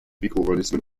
mikroorganismen